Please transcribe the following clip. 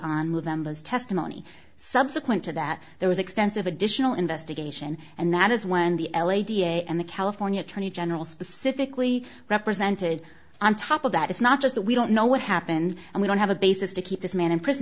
as testimony subsequent to that there was extensive additional investigation and that is when the l a d a and the california attorney general specifically represented on top of that it's not just that we don't know what happened and we don't have a basis to keep this man in prison